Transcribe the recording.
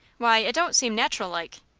why, it don't seem natural-like.